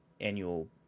annual